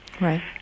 Right